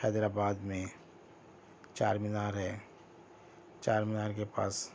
حیدرآباد میں چار مینار ہے چار مینار کے پاس